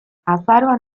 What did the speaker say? azaroan